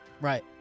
Right